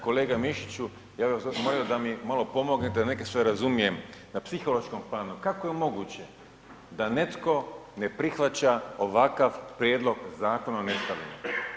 Kolega Mišiću, ja bih vas zamolio da mi malo pomognete, da neke sve razumijem, na psihološkom planu, kako je moguće da netko ne prihvaća ovakav prijedlog Zakona o nestalima?